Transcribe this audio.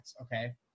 Okay